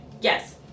yes